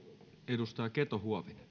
kiitos